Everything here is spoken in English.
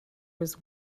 was